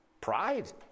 Pride